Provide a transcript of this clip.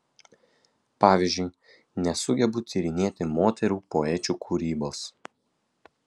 pavyzdžiui nesugebu tyrinėti moterų poečių kūrybos